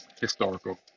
historical